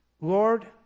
Lord